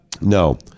No